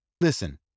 Listen